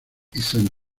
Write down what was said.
sant